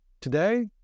Today